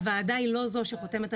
הוועדה היא לא זו שחותמת.